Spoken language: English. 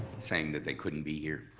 saying that they couldn't be here.